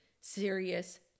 serious